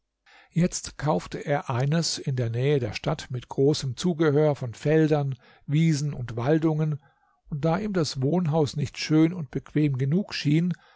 jetzt kaufte er eines in der nähe der stadt mit großem zugehör von feldern wiesen und waldungen und da ihm das wohnhaus nicht schön und bequem genug schien